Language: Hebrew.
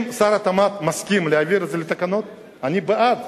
אם שר התמ"ת מסכים להעביר את זה לתקנות, אני בעד.